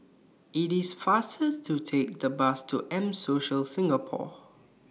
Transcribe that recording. IT IS faster to Take The Bus to M Social Singapore